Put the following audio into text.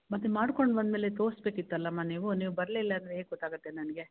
ಮತ್ತೆ ಮಾಡ್ಕೊಂಡು ಬಂದಮೇಲೆ ತೋರ್ಸ್ಬೇಕು ಇತ್ತಲ್ಲಮ್ಮ ನೀವು ನೀವು ಬರಲಿಲ್ಲ ಅಂದರೆ ಹೇಗೆ ಗೊತಾಗುತ್ತೆ ನನಗೆ